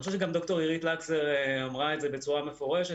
אני חושב שגם ד"ר אירית לקסר אמרה את זה בצורה מפורשת.